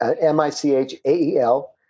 M-I-C-H-A-E-L